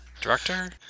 director